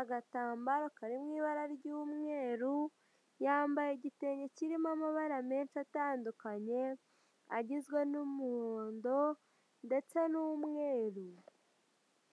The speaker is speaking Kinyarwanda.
agambaro kari mu ibara ry'umweru, yambaye igitenge kirimo amabara menshi atandukanye agizwe n'umuhondo, ndetse n'umweru.